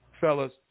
fellas